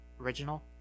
original